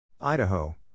Idaho